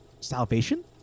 Salvation